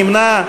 נמנע,